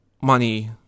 money